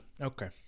Okay